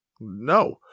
No